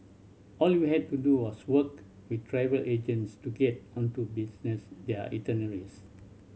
all we had to do was work with travel agents to get onto business their itineraries